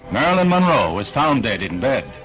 marilyn monroe was found dead in bed,